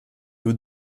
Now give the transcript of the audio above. peu